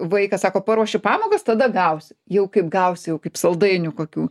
vaikas sako paruoši pamokas tada gausi jau kaip gausi jau kaip saldainių kokių